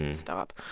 and stop.